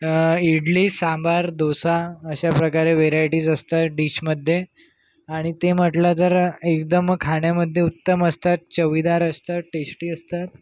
इडली सांबार दोसा अशाप्रकारे व्हेरायटीज असतात डिशमध्ये आणि ते म्हटलं तर एकदम खाण्यामध्ये उत्तम असतात चवीदार असतात टेस्टी असतात